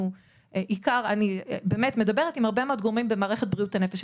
אני באמת מדברת עם הרבה מאוד גורמים במערכת בריאות הנפש,